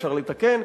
אפשר לתקן,